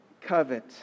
covet